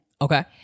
okay